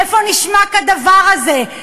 איפה נשמע כדבר הזה,